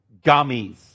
gummies